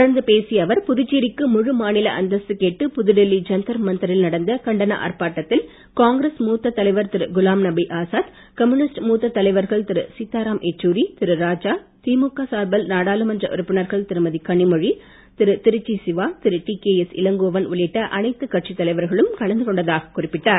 தொடர்ந்த பேசிய அவர் புதுச்சேரிக்கு முழு மாநில அந்தஸ்து கேட்டு புதுடெல்லி ஜந்தர் மந்தரில் நடந்த கண்டன ஆர்ப்பாட்டத்தில் காங்கிரஸ் மூத்த தலைவர் திரு குலாம்நபி ஆசாத் கம்யூனிஸ்ட் மூத்த தலைவர்கள் திரு சீத்தாராம் யெச்சூரி திரு ராஜா திமுக சார்பில் நாடாளுமன்ற உறுப்பினர்கள் திருமதி கனிமொழி திருச்சி சிவா திரு டிகேஎஸ் இளங்கோவன் உள்ளிட்ட அனைத்து கட்சி தலைவர்களும் கலந்து கொண்டதாக குறிப்பிட்டார்